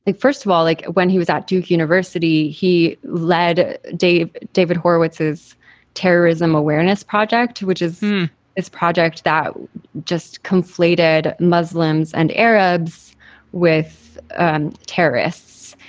like first of all, like when he was at duke university, he led david david horowitz's terrorism awareness project, which is a project that just conflated muslims and arabs with and terrorists,